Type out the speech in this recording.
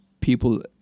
people